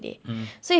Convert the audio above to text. mm